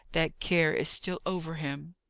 that care is still over him.